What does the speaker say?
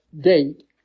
date